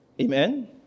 Amen